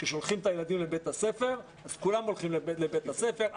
כששולחים את הילדים לבית הספר אז כולם הולכים לבית הספר.